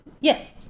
Yes